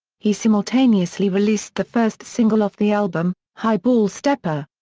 he simultaneously released the first single off the album, high ball stepper.